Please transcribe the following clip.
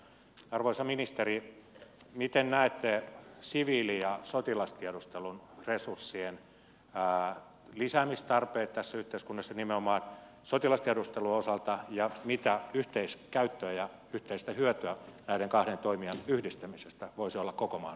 arvoisa ministeri miten näette siviili ja sotilastiedustelun resurssien lisäämistarpeet tässä yhteiskunnassa nimenomaan sotilastiedustelun osalta ja mitä yhteiskäyttöä ja yhteistä hyötyä näiden kahden toimijan yhdistämisestä voisi olla koko maan puolustamiselle